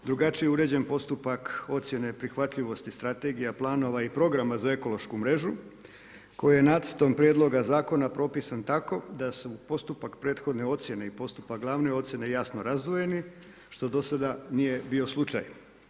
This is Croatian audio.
Drugačije je uređen postupak ocjene prihvatljivosti strategija, planova i programa za ekološku mrežu koje je Nacrtom prijedlogom zakona propisan tako da su postupak prethodne ocjene i postupak glavne ocjene jasno razdvojeni što do sada nije bio slučaj.